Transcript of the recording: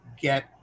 get